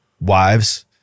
Wives